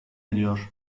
ediyor